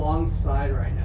alongside right